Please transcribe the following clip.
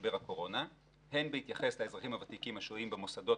במשבר הקורונה הן בהתייחס לאזרחים הוותיקים השוהים במוסדות